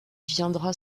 viendra